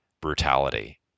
brutality